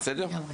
בסדר?